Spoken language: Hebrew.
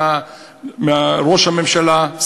מראש הממשלה,